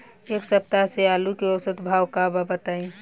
एक सप्ताह से आलू के औसत भाव का बा बताई?